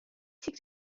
seek